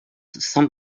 some